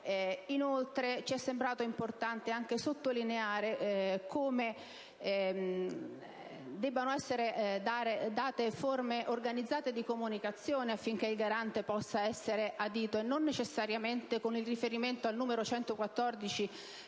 Inoltre, ci è sembrato importante anche sottolineare come debbano essere date forme organizzate di comunicazione, affinché il Garante possa essere adito non necessariamente con il riferimento al numero 114,